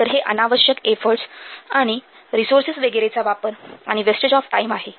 तर हे अनावश्यक एफर्टस आणि रिसोर्सेस वगैरेचा वापर आणि वेस्टेज ऑफ टाईम आहे